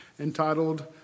entitled